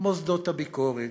מוסדות הביקורת,